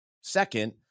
second